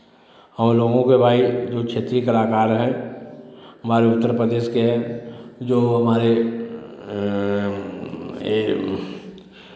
हम लोगों के भाई जो क्षेत्रीय कलाकार हैं हमारे उत्तर प्रदेश के हैं जो हमारे ये